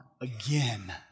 again